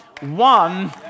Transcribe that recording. one